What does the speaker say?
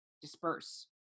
disperse